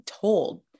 told